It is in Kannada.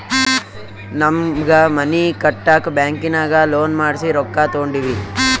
ನಮ್ಮ್ಗ್ ಮನಿ ಕಟ್ಟಾಕ್ ಬ್ಯಾಂಕಿನಾಗ ಲೋನ್ ಮಾಡ್ಸಿ ರೊಕ್ಕಾ ತೊಂಡಿವಿ